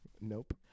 Nope